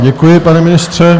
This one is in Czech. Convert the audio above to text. Děkuji vám, pane ministře.